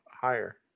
higher